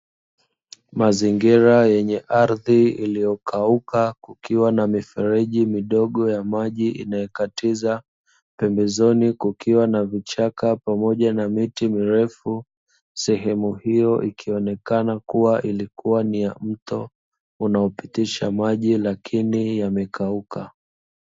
Mazingira yenye ardhi iliyokauka, kukiwa na mifereji midogo ya maji inayokatiza. Pembezoni kukiwa na vichaka pamoja na miti mirefu. Sehemu hiyo ikionekana kuwa ilikuwa ni ya mto unaopitisha maji lakini yamekauka.